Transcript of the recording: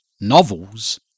novels